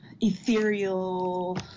ethereal